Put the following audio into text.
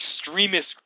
extremist